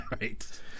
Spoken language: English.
right